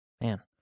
Man